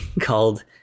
called